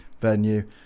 venue